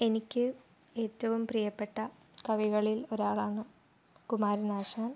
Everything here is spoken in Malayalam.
എനിക്ക് ഏറ്റവും പ്രിയപ്പെട്ട കവികളിൽ ഒരാളാണ് കുമാരനാശാൻ